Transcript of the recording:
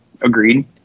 Agreed